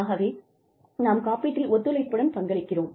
ஆகவே நாம் காப்பீட்டில் ஒத்துழைப்புடன் பங்களிக்கிறோம்